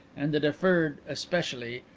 and the deferred especially,